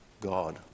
God